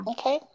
Okay